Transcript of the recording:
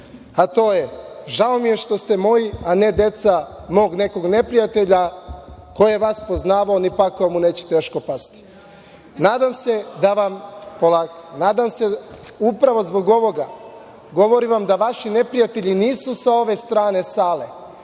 a to je - žao mi je što ste moji, a ne deca mog nekog neprijatelja. Ko je vas poznavao, ni pakao mu neće teško pasti. Nadam se upravo zbog ovoga, govorim da vaši neprijatelji nisu sa ove strane sale,